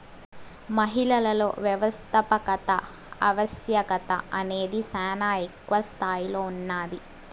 మహిళలలో వ్యవస్థాపకత ఆవశ్యకత అనేది శానా ఎక్కువ స్తాయిలో ఉన్నాది